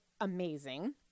amazing